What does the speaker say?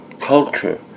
culture